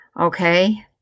Okay